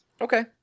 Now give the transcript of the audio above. Okay